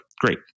great